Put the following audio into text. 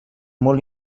molt